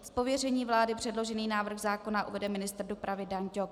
Z pověření vlády předložený návrh zákona uvede ministr dopravy Dan Ťok.